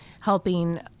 helping